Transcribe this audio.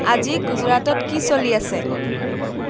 আজি গুজৰাটত কি চলি আছে